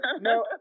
no